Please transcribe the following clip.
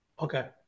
Okay